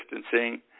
distancing